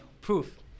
proof